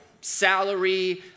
salary